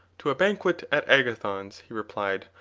to a banquet at agathon's, he replied,